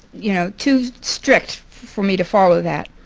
you know, too strict for me to follow that.